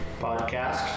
podcast